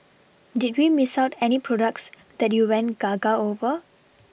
did we Miss out any products that you went Gaga over